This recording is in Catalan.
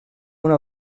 una